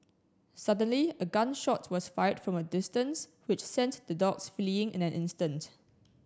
suddenly a gun shot was fired from a distance which sent the dogs fleeing in an instant